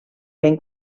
ben